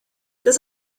des